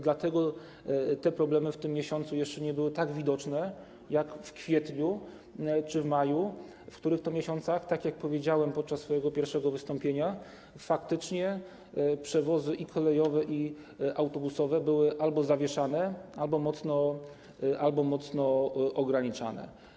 Dlatego te problemy w tym miesiącu jeszcze nie były tak widoczne jak w kwietniu czy w maju, w których to miesiącach, tak jak powiedziałem podczas swojego pierwszego wystąpienia, faktycznie przewozy kolejowe i autobusowe były albo zawieszane, albo mocno ograniczane.